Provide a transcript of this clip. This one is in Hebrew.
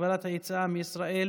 (הגבלת היציאה מישראל)